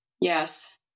yes